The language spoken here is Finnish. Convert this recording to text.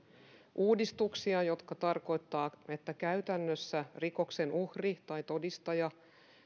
uudistuksia jotka tarkoittavat että käytännössä rikoksen uhri tai todistaja